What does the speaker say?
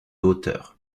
hauteur